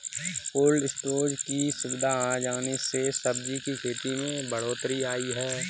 cold storage की सुविधा आ जाने से सब्जी की खेती में बढ़ोत्तरी आई है